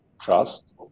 trust